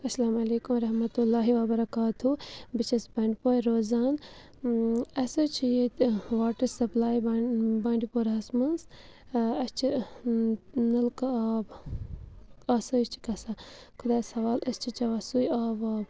اَلسَلامُ علیکُم وَرحمتُہ اللہِ وََبَرکاتُہوٗ بہٕ چھَس بَنڈپورِ روزان اَسہِ حظ چھِ ییٚتہِ واٹَر سَپلاے بہ بانڈی پوراہَس مَنٛز اَسہِ چھِ نَلکہٕ آب آسٲیِش چھِ گَژھان خۄدایَس حَوالہٕ أسۍ چھِ چَوان سُے آب واب